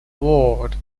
ward